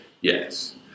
Yes